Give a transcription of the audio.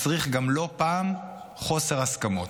מצריך לא פעם גם חוסר הסכמות.